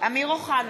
אמיר אוחנה,